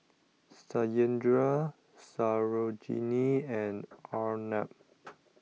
Satyendra Sarojini and Arnab